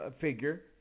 figure